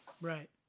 Right